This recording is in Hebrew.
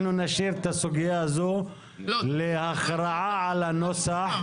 אנחנו נשאיר את הסוגיה הזאת להכרעה על הנוסח.